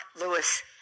Lewis